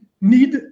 need